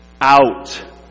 out